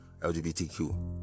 lgbtq